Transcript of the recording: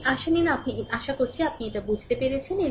এখন এই আশা নিন আপনি এটি বুঝতে পারছেন